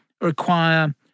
require